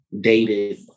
dated